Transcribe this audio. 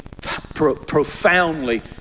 profoundly